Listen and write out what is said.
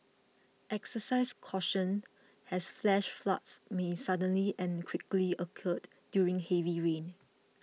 exercise caution as flash floods may suddenly and quickly occur during heavy rain